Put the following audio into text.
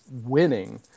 winning